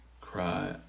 cry